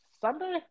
Sunday